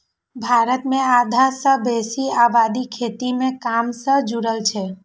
भारत मे आधा सं बेसी आबादी खेती के काम सं जुड़ल छै